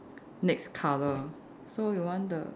next colour so you want the